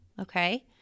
Okay